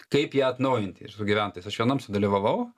kaip ją atnaujinti ir su gyventojais aš vienam sudalyvavau